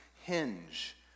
hinge